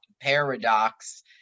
paradox